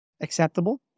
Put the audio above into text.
acceptable